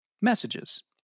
Messages